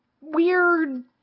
weird